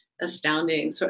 astounding